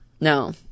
No